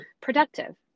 productive